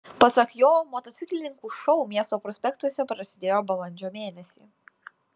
pasak jo motociklininkų šou miesto prospektuose prasidėjo balandžio mėnesį